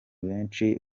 benshi